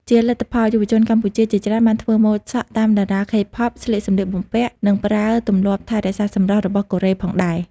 ជាលទ្ធផល យុវជនកម្ពុជាជាច្រើនបានធ្វើម៉ូដសក់តាមតារា K-pop ស្លៀកសម្លៀកបំពាក់ និងប្រើទម្លាប់ថែរក្សាសម្រស់របស់កូរ៉េផងដែរ។